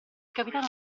capitano